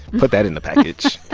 put that in the package